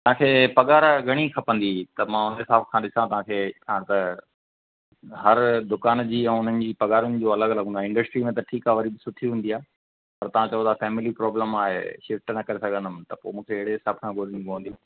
तव्हांखे पधारु घणी खपंदी त मां हुन हिसाब सां ॾिसां तव्हांखे छा त हर दुकान जी ऐं उन्हनि पघार जी जो अलॻि अलॻि हूंदो आहे इंडस्ट्री में त ठीकु आहे वरी बि सुठी हूंदी आहे पर तव्हां चयो तथा फ़ैमिली प्रोब्लम आहे शिफ़्ट न करे सघंदुमि त पोइ मूंखे अहिड़े हिसाब सां ॻोल्हणी पवंदी